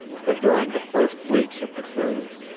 but during the first weeks of the cruise,